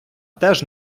теж